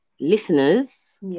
listeners